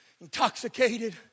Intoxicated